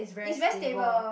is very stable